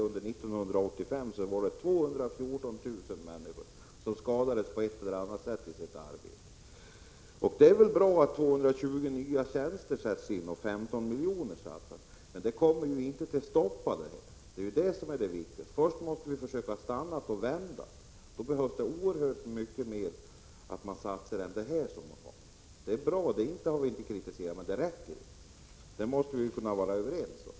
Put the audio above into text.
Under 1985 var det nämligen 214 000 människor som på ett eller annat sätt skadades i sitt arbete. Det är väl bra att 220 nya tjänster tillkommer och 15 milj.kr. satsas. Men detta kommer ju inte att stoppa arbetsskadorna. Det viktigaste är att vi först måste försöka stoppa utvecklingen och vända den. För detta krävs att man satsar oerhört mycket mer än det som nu föreslås. Förslaget är bra — det har vi inte kritiserat. Men det räcker inte, det måste vi väl kunna vara överens om?